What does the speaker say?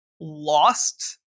lost